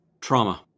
Trauma